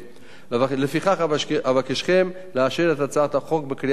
לפיכך, אבקשכם לאשר את הצעת החוק בקריאה הראשונה.